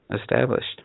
established